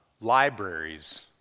libraries